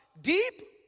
deep